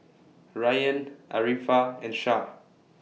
Rayyan Arifa and Shah